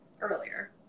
earlier